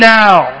now